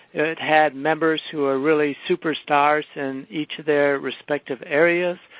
it had members who are really super stars in each of their respective areas.